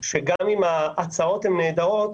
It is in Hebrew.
שגם אם ההצעות הן נהדרות,